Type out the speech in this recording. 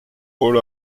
all